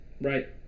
Right